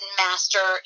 master